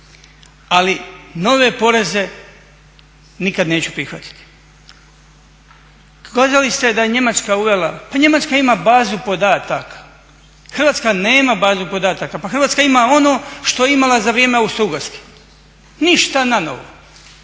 ali nove poreze nikad neću prihvatiti. Kazali ste da je Njemačka uvela, pa Njemačka ima bazu podataka, Hrvatska nema bazu podataka, pa Hrvatska ima ono što je imala za vrijeme Austrougarske, ništa nanovo.